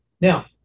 Now